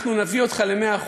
אנחנו נביא אותך ל-100%.